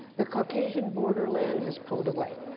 the caucasian borderland has pulled away.